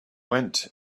went